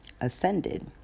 ascended